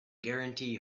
guarantee